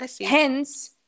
Hence